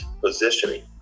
positioning